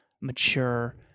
mature